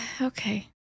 Okay